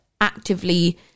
actively